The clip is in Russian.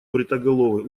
бритоголовый